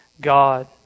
God